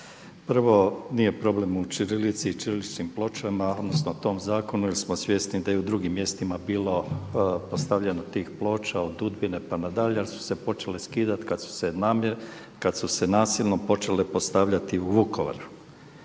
Prvo nije problem u ćirilici i ćirilićnim pločama, odnosno tom zakonu jer smo svjesni da je i u drugim mjestima bilo postavljeno tih ploča od Udbine pa na dalje, ali su se počele skidati kad su se nasilno počele postavljati u Vukovaru.